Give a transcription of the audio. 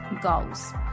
goals